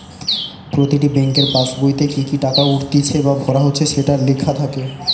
প্রতিটি বেংকের পাসবোইতে কি কি টাকা উঠতিছে বা ভরা হচ্ছে সেটো লেখা থাকে